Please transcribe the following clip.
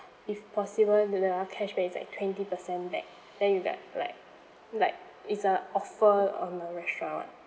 if possible the cashback is like twenty percent back then you get like like is a offer on a restaurant